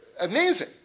amazing